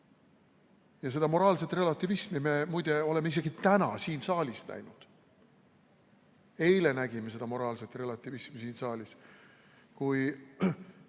Ja seda moraalset relativismi me muide oleme isegi täna siin saalis näinud. Eile nägime seda moraalset relativismi siin saalis, kui